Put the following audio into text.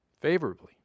favorably